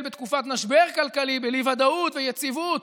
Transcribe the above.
בתקופת משבר כלכלי בלי ודאות ויציבות.